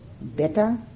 better